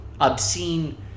obscene